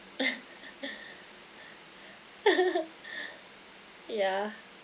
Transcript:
ya